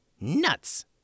nuts